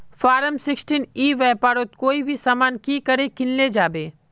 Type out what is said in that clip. Form sixteen ई व्यापारोत कोई भी सामान की करे किनले जाबे?